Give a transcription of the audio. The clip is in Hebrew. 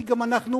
כי גם אנחנו,